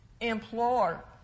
implore